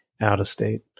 out-of-state